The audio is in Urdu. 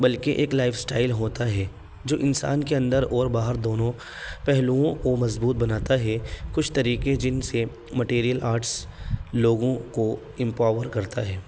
بلکہ ایک لائف اسٹائل ہوتا ہے جو انسان کے اندر اور باہر دونوں پہلوؤں کو مضبوط بناتا ہے کچھ طریقے جن سے مٹیریل آرٹس لوگوں کو امپاور کرتا ہے